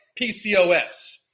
PCOS